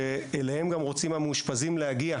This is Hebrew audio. שאליהם גם המאושפזים רוצים להגיע.